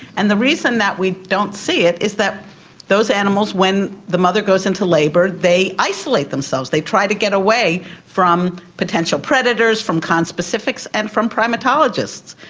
and the reason that we don't see it is that those animals, when the mother goes into labour they isolate themselves, they try to get away from potential predators, from conspecifics and from primatologists.